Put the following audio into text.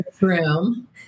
Room